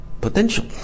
potential